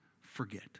forget